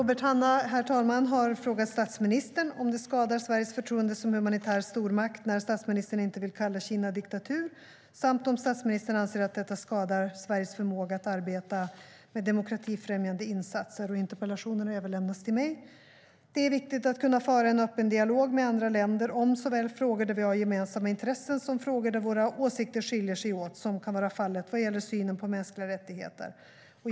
Herr talman! Robert Hannah har frågat statsministern om det skadar Sveriges förtroende som humanitär stormakt när statsministern inte vill kalla Kina diktatur samt om statsministern anser att detta skadar Sveriges förmåga att arbeta med demokratifrämjande insatser. Interpellationen har överlämnats till mig. Det är viktigt att kunna föra en öppen dialog med andra länder om såväl frågor där vi har gemensamma intressen som frågor där våra åsikter skiljer sig åt, vilket kan vara fallet vad gäller synen på mänskliga rättigheter.